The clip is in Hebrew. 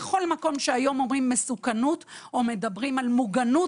בכל מקום שאומרים היום מסוכנות או מדברים על מוגנות,